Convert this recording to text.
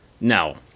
No